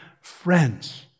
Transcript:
friends